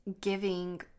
giving